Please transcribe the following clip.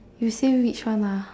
you say which one ah